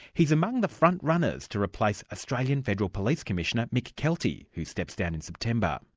he's among the frontrunners to replace australian federal police commissioner, mick keelty, who steps down in september.